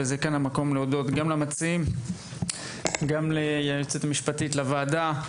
וכאן המקום להודות גם למציעים וגם ליועצת המשפטית לוועדה,